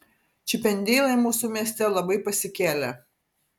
čipendeilai mūsų mieste labai pasikėlę